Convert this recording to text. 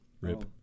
Rip